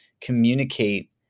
communicate